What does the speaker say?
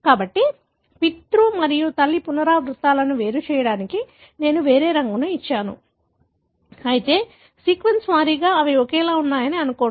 కాబట్టి పితృ మరియు తల్లి పునరావృతాలను వేరు చేయడానికి నేను వేరే రంగును ఇచ్చాను అయితే సీక్వెన్స్ వారీగా అవి ఒకేలా ఉన్నాయని అనుకోండి